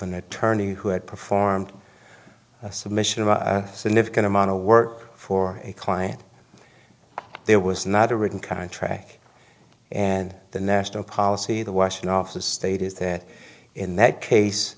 an attorney who had performed a submission of a significant amount of work for a client there was not a written contract and the national policy the washing off the state is that in that case